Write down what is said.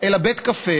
אלא בית קפה,